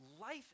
life